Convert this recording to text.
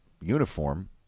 uniform